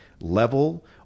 level